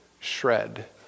shred